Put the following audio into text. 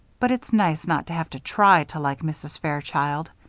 but it's nice not to have to try to like mrs. fairchild.